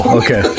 okay